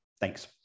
Thanks